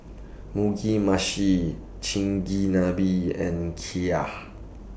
Mugi Meshi Chigenabe and Kheer